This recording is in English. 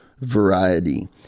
variety